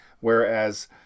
Whereas